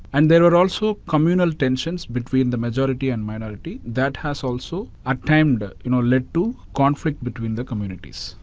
and there are also communal tensions between the majority and minority that has also at times you know led to conflict between the communities.